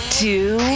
two